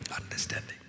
understanding